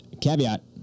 caveat